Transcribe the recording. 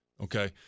Okay